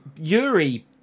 Yuri